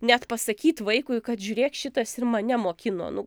net pasakyt vaikui kad žiūrėk šitas ir mane mokino nu